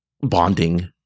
bonding